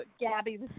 Gabby